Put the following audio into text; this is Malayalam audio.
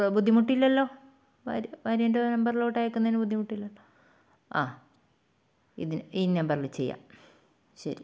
ബുദ്ധിമുട്ടിലല്ലോ ഭാര്യ ഭാര്യേൻ്റെ നമ്പറിലോട്ട് അയക്കുന്നതിന് ബുദ്ധിമുട്ടില്ലല്ലോ ആ ഇതിന് ഈ നമ്പറിൽ ചെയ്യാം ശരി